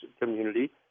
Community